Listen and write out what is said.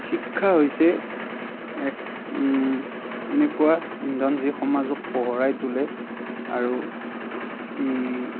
শিক্ষা হৈছে এক এনেকুৱা ইন্ধন যি সমাজক পোহৰাই তুলে আৰু ই